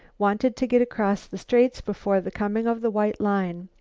wanted to get across the straits before the coming of the white line.